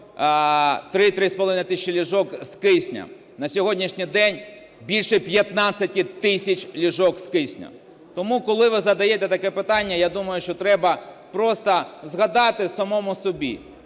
3-3,5 тисячі ліжок з киснем, на сьогоднішній день – більше 15 тисяч ліжок з киснем. Тому, коли ви задаєте таке питання, я думаю, що треба просто згадати самому собі: